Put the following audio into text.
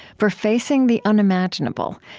for facing the unimaginable,